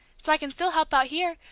so i can still help out here!